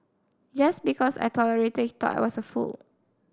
just because I tolerated he thought I was a fool